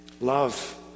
Love